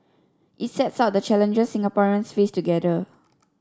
it sets out the challenges Singaporeans face together